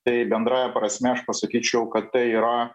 tai bendrąja prasme aš pasakyčiau kad tai yra